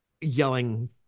yelling